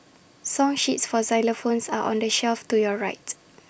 song sheets for xylophones are on the shelf to your right